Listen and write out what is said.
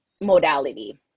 modality